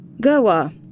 Goa